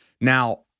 Now